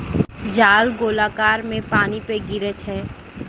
जाल गोलाकार मे पानी पे गिरै छै